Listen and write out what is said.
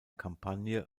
kampagne